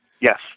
Yes